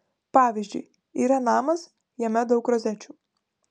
pavyzdžiui yra namas jame daug rozečių